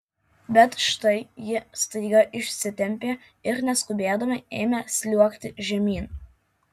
bet štai ji staiga išsitempė ir neskubėdama ėmė sliuogti žemyn